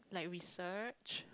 like research